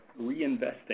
reinvesting